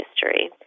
history